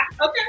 Okay